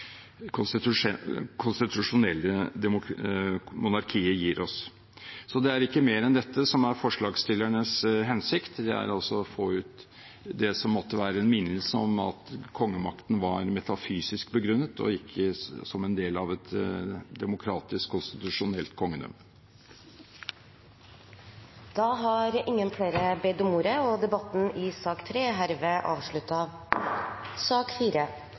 er forslagsstillernes hensikt. Det er altså å få ut det som måtte være en minnelse om at kongemakten var metafysisk begrunnet, og ikke som en del av et demokratisk konstitusjonelt kongedømme. Flere har ikke bedt om ordet til sak nr. 3. Eg vil starta med å takka komiteen for eit godt samarbeid. Det gamalnorske ordet for jord, åker og eng er